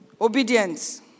Obedience